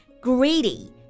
Greedy